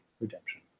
redemption